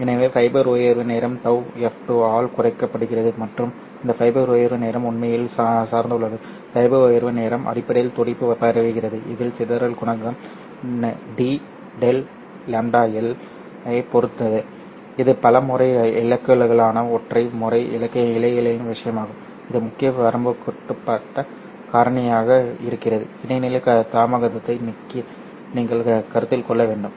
எனவே ஃபைபர் உயர்வு நேரம் τf 2 ஆல் குறிக்கப்படுகிறது மற்றும் இந்த ஃபைபர் உயர்வு நேரம் உண்மையில் சார்ந்துள்ளது ஃபைபர் உயர்வு நேரம் அடிப்படையில் துடிப்பு பரவுகிறது இது சிதறல் குணகம் DΔλL ஐப் பொறுத்தது இது பல முறை இழைகளுக்கான ஒற்றை முறை இழைகளின் விஷயமாகும் இது முக்கிய வரம்புக்குட்பட்ட காரணியாக இருக்கும் இடைநிலை தாமதத்தை நீங்கள் கருத்தில் கொள்ள வேண்டும்